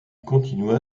continua